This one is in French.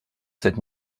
cette